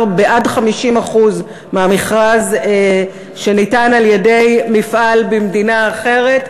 עד 50% מזו שניתנה על-ידי מפעל במדינה אחרת,